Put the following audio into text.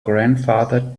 grandfather